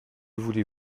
voulez